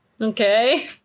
okay